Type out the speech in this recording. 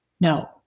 No